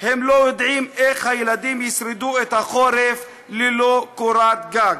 הם לא יודעים איך הילדים ישרדו את החורף ללא קורת גג.